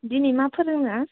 दिनै मा फोरोङा